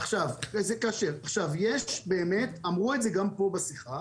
עכשיו יש באמת, אמרו את זה גם פה בשיחה.